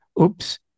Oops